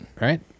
Right